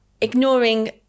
ignoring